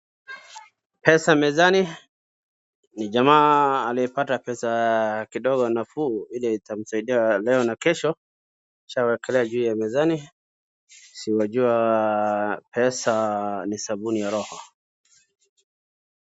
Pesa mezani, ni jamaa aliyepata pesa kidogo nafuu ile itamsaidia leo na kesho, akishawekelea juu ya mezani, si wajua pesa ni sabuni ya roho.